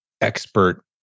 expert